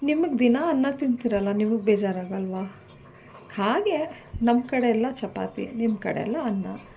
ನಿಮಗೆ ದಿನಾ ಅನ್ನ ತಿಂತೀರಲ್ಲ ನಿಮಗೆ ಬೇಜಾರಾಗೋಲ್ವ ಹಾಗೆ ನಮ್ಮ ಕಡೆ ಎಲ್ಲ ಚಪಾತಿ ನಿಮ್ಮ ಕಡೆ ಎಲ್ಲ ಅನ್ನ